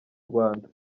rwanda